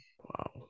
Wow